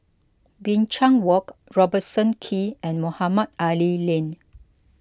Binchang Walk Robertson Quay and Mohamed Ali Lane